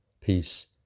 peace